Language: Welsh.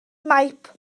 maip